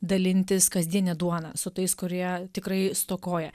dalintis kasdiene duona su tais kurie tikrai stokoja